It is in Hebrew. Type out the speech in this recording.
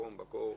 בחום או בקור,